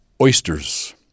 oysters